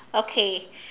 okay